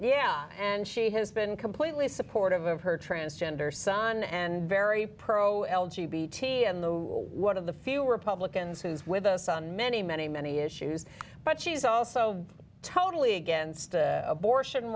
yeah and she has been completely supportive of her transgender son and very pro l g b t and the one of the few republicans who is with us on many many many issues but she's also totally against abortion